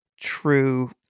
true